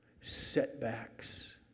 setbacks